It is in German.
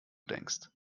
denkst